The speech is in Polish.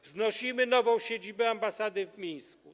Wznosimy nową siedzibę ambasady w Mińsku.